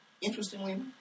interestingly